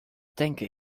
tanken